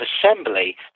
assembly